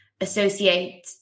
associate